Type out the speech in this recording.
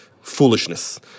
foolishness